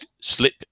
slip